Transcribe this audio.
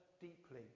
deeply